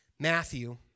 Matthew